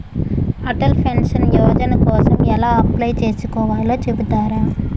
Atal pension Yojana కోసం ఎలా apply చేసుకోవాలో చెపుతారా?